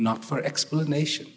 not for explanation